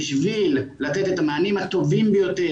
בשביל לתת את המענים הטובים ביותר